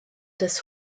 des